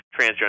transgender